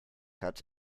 hat